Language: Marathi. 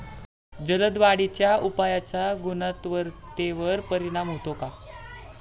जलद वाढीच्या उपायाचा गुणवत्तेवर परिणाम होतो का?